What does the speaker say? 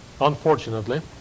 unfortunately